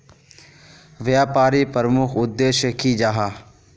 व्यापारी प्रमुख उद्देश्य की जाहा?